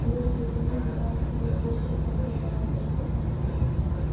भेंड़ के सही विकासक लेल पोषण तत्वक आवश्यता होइत छै